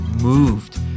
moved